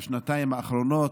בשנתיים האחרונות,